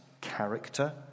character